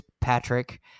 Patrick